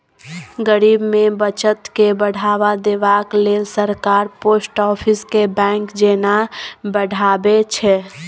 गरीब मे बचत केँ बढ़ावा देबाक लेल सरकार पोस्ट आफिस केँ बैंक जेना बढ़ाबै छै